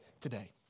today